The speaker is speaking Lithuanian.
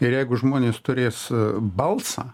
ir jeigu žmonės turės balsą